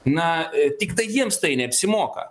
na tiktai jiems tai neapsimoka